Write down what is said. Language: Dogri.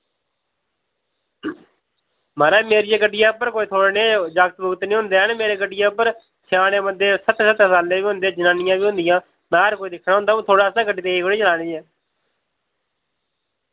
माराज मेरिये गड्डिये उप्पर कोई थुआढ़े नेह् जाकत जुक्त नि होंदे हैन मेरे गड्डिये उप्पर स्याने बंदे सत्तर सत्तर सालें दे बी होंदे जनानियां बी होंदियां में हर कोई दिक्खना होंदा हुन थुआढ़े आस्तै गड्डी तेज थोह्ड़ी चलानी ऐ